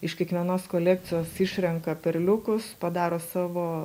iš kiekvienos kolekcijos išrenka perliukus padaro savo